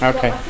Okay